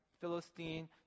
Philistine